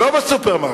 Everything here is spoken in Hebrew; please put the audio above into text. לא בסופרמרקט,